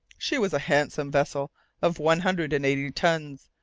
she was a handsome vessel of one hundred and eighty tons,